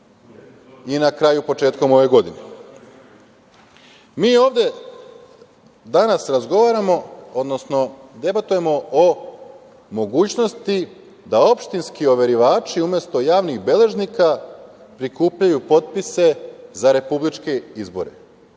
i na kraju početkom ove godine. Mi ovde danas razgovaramo, odnosno debatujemo o mogućnosti da opštinski overivači umesto javnih beležnika prikupljaju potpise za republičke izbore,